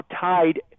tied